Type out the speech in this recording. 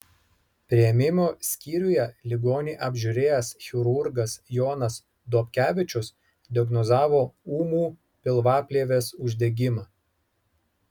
priėmimo skyriuje ligonį apžiūrėjęs chirurgas jonas dobkevičius diagnozavo ūmų pilvaplėvės uždegimą